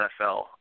NFL